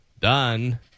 Done